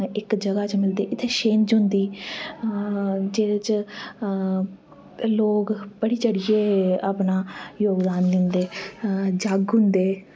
इक्क जगह च मिलदे उत्थें छिंज होंदी जेह्दे च लोग अपना बधी चढ़ियै अपना जोगदान दिंदे जग होंदे